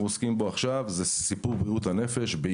עוסקים בו עכשיו זה נושא בריאות הנפש,